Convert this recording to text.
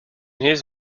his